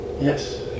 Yes